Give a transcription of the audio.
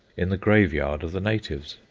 in the graveyard of the natives.